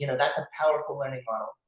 you know that's a powerful learning model.